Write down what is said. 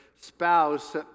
spouse